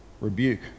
rebuke